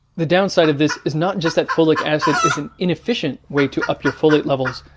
the downside of this is not just that folic acid is an inefficient way to up your folate levels,